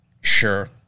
sure